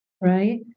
Right